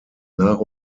nach